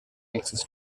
access